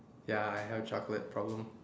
ya I have a chocolate problem